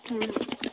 ᱦᱮᱸ